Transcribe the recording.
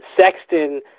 Sexton